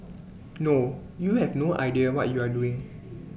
no you have no idea what you are doing